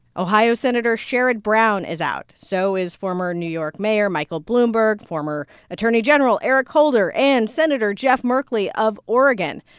ohio senator sherrod brown is out. so is former new york mayor michael bloomberg, former attorney general eric holder and senator jeff merkley of oregon.